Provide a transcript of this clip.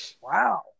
wow